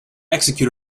execute